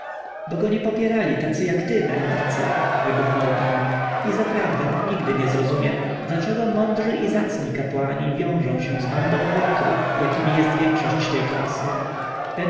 bo go nie popierali tacy jak ty mędrcy wybuchnął pan i zaprawdę nigdy nie zrozumiem dlaczego mądrzy i zacni kapłani wiążą się z bandą łotrów jaką jest większość tej klasy